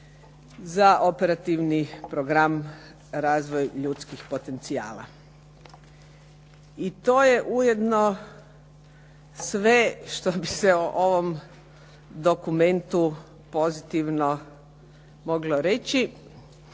za operativni program "Razvoj ljudskih potencijala" i to je ujedno sve što bi se o ovom dokumenti pozitivno moglo reći.